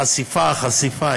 החשיפה, החשיפה.